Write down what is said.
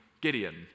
Gideon